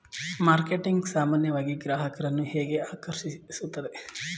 Marketing ಸಾಮಾನ್ಯವಾಗಿ ಗ್ರಾಹಕರನ್ನು ಹೇಗೆ ಆಕರ್ಷಿಸುತ್ತದೆ?